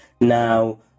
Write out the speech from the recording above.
Now